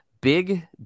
Big